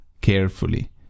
carefully